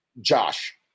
Josh